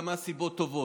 מכמה סיבות טובות: